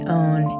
own